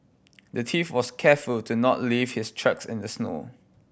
the thief was careful to not leave his tracks in the snow